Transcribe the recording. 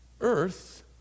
earth